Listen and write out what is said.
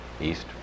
east